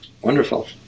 Wonderful